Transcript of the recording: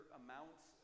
amounts